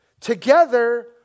together